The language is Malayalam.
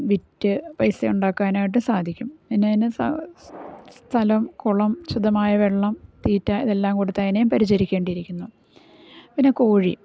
വിറ്റ് പൈസ ഉണ്ടാക്കാനായിട്ട് സാധിക്കും പിന്നെ അതിന് സ്ഥലം കുളം ശുദ്ധമായ വെള്ളം തീറ്റ ഇതെല്ലാം കൊടുത്ത് അതിനെ പരിചരിക്കേണ്ടിയിരിക്കുന്നു പിന്നെ കോഴി